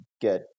get